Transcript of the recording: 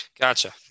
Gotcha